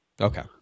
Okay